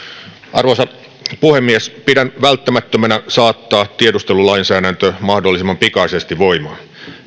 arvoisa puhemies pidän välttämättömänä saattaa tiedustelulainsäädäntö mahdollisimman pikaisesti voimaan